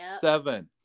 seven